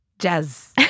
Jazz